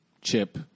Chip